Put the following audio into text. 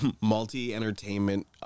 multi-entertainment